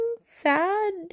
sad